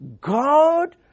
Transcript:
God